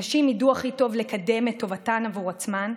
נשים ידעו הכי טוב לקדם את טובתן בעבור עצמן,